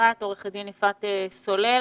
עורכת דין יפעת סולל.